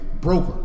Broker